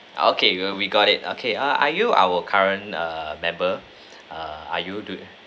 okay well we got it okay are you our current err member err are you the